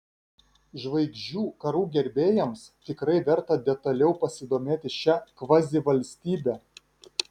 žvaigždžių karų gerbėjams tikrai verta detaliau pasidomėti šia kvazivalstybe